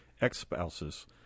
ex-spouses